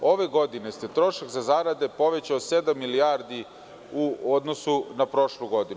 Ove godine se trošak za zarade se povećao sedam milijardi u odnosu na prošlu godinu.